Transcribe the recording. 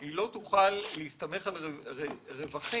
היא לא תוכל להסתמך על רווחים